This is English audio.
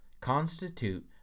constitute